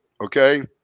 okay